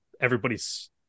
everybody's